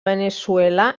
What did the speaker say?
veneçuela